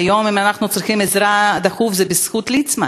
היום אם אנחנו צריכים עזרה דחוף זה בזכות ליצמן.